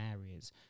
areas